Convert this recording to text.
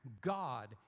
God